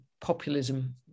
populism